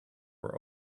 were